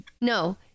No